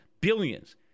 billions